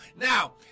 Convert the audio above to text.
Now